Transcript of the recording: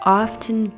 often